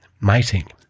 mating